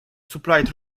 supplied